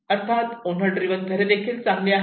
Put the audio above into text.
अर्थात owner driven घरे देखील चांगली आहेत